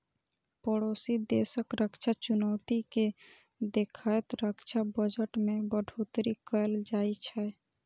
पड़ोसी देशक रक्षा चुनौती कें देखैत रक्षा बजट मे बढ़ोतरी कैल जाइ छै